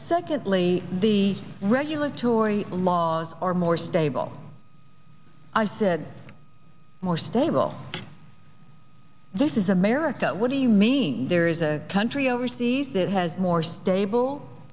secondly the regulatory laws are more stable i said more stable this is america what do you mean there is a country overseas that has more stable